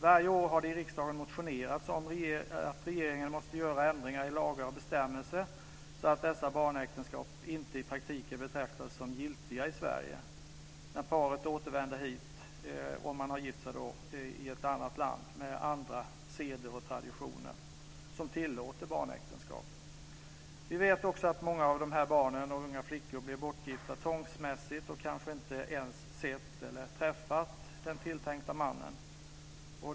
Varje år har det i riksdagen motionerats om att regeringen måste göra ändringar i lagar och bestämmelser så att dessa barnäktenskap inte i praktiken betraktas som giltiga i Sverige när paret återvänder hit, om man har gift sig i ett annat land med andra seder och traditioner som tillåter barnäktenskap. Vi vet också att många av de här barnen och unga flickorna blir bortgifta tvångsmässigt. De kanske inte ens har sett eller träffat den tilltänkte mannen.